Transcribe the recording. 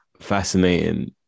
Fascinating